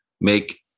make